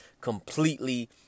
completely